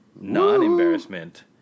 non-embarrassment